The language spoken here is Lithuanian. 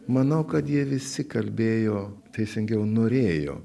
manau kad jie visi kalbėjo teisingiau norėjo